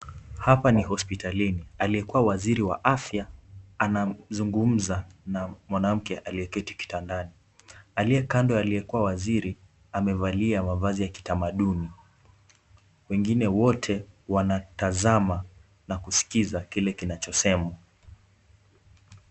Hapa ni hospitalini. Aliyekuwa waziri wa afya anazungumza na mwanamke aliyeketi kitandani. Aliyekando ya aliyekuwa waziri, amevalia mavazi ya kitamaduni. Wengine wote wanatazama na kuskiza kile kinachosemwa.